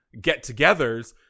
get-togethers